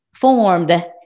formed